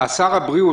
שר הבריאות,